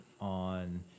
on